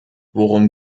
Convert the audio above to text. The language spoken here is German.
worum